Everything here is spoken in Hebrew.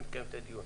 ונקיים את הדיון.